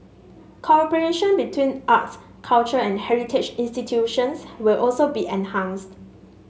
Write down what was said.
cooperation between arts culture and heritage institutions will also be enhanced